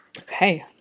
Okay